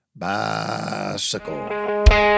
Bicycle